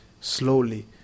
slowly